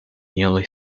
nearly